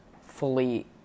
fully